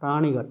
പ്രാണികൾ